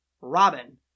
Robin